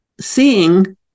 seeing